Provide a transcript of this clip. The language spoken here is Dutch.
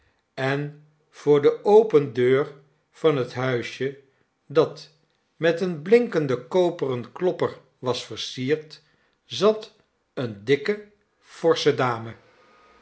en voor de opene deur van het huisje dat met een blinkenden koperen klopper was versierd zat eene dikke forsche dame